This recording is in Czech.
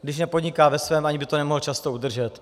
Když nepodniká ve svém, ani by to nemohl často udržet.